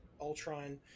ultron